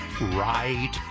right